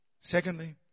Secondly